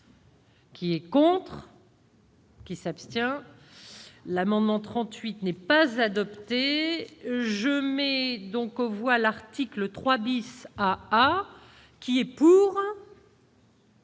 Qui est contre. Qui s'abstient l'amendement 38 n'est pas adopté, je mets donc on voit l'article 3 bis à qui est pour.